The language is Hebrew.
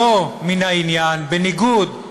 שלא ממין העניין, בניגוד,